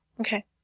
Okay